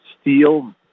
steel